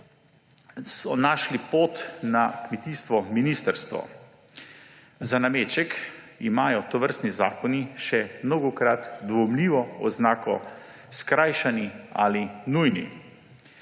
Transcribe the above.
so našli pot na kmetijsko ministrstvo. Za nameček imajo tovrstni zakoni še mnogokrat dvomljivo oznako skrajšani ali nujni.